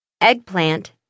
eggplant